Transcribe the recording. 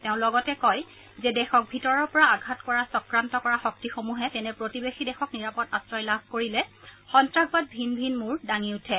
তেওঁ লগতে কয় যে দেশক ভিতৰৰ পৰা আঘাত কৰাৰ চক্ৰান্ত কৰা শক্তিসমূহে তেনে প্ৰতিবেশী দেশক নিৰাপদ আশ্ৰয় লাভ কৰিলে সন্ত্ৰাসবাদ ভিন ভিন মূৰ দাঙি উঠে